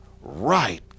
right